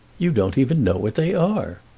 you don't even know what they are.